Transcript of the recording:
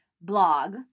blog